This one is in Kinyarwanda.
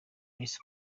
rice